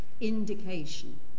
indication